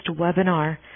webinar